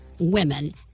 women